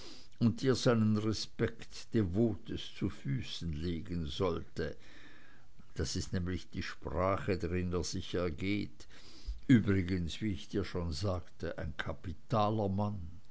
und dir seinen respekt devotest zu füßen legen sollte das ist nämlich die sprache drin er sich ergeht übrigens wie ich dir schon sagte ein kapitaler mann